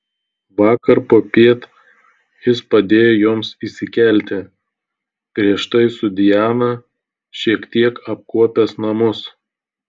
vakar popiet jis padėjo joms įsikelti prieš tai su diana šiek tiek apkuopęs namus